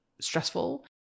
stressful